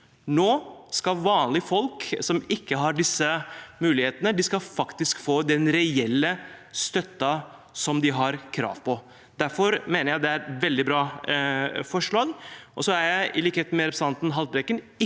Nå skal vanlige folk som ikke har disse mulighetene, faktisk få den reelle støtten de har krav på. Derfor mener jeg det er et veldig bra forslag. Så er jeg, i likhet med representanten Haltbrekken,